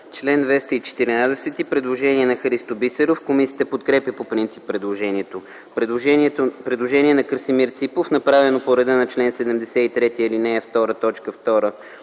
чл. 214 има предложение на Христо Бисеров. Комисията подкрепя по принцип предложението. Предложение на Красимир Ципов, направено по реда на чл. 73, ал.